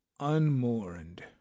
Unmourned